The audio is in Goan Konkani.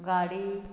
गाडी